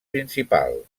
principal